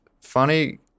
funny